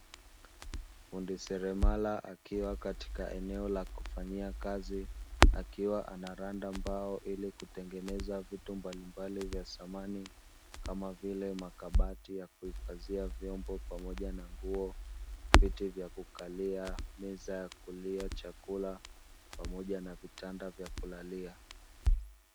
Fundi seremala akiwa katika eneo la kufanyia kazi akiwa anaranda mbao ili kutengeneza vitu mbalimbali vya samani kama vile makabati ya kuhifadhia vyombo pamoja na nguo, viti vya kukalia, meza ya kulia chakula pamoja na vitanda vya kulalia.